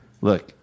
Look